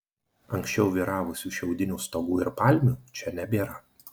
anksčiau vyravusių šiaudinių stogų ir palmių čia nebėra